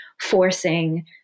forcing